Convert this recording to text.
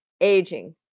aging